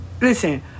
Listen